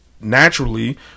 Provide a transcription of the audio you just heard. Naturally